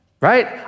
right